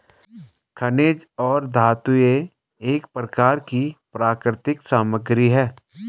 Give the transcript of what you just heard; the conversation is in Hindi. खनिज और धातुएं एक प्रकार की प्राकृतिक सामग्री हैं